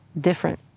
different